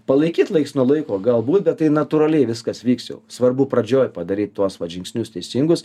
palaikyt laiks nuo laiko galbūt bet tai natūraliai viskas vyks jau svarbu pradžioj padaryt tuos vat žingsnius teisingus